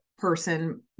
Person